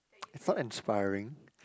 I found inspiring